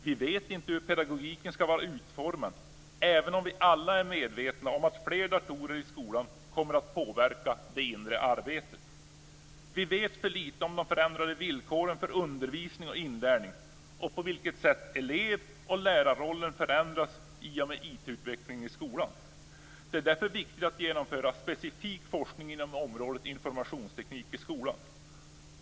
Vi vet inte hur pedagogiken skall vara utformad, även om vi alla är medvetna om att fler datorer i skolan kommer att påverka det inre arbetet. Vi vet för lite om de förändrade villkoren för undervisning och inlärning och på vilket sätt elev respektive lärarrollen förändras i och med IT-utvecklingen i skolan. Det är därför viktigt att genomföra specifik forskning inom området informationsteknik i skolan.